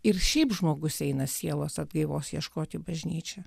ir šiaip žmogus eina sielos atgaivos ieškoti bažnyčia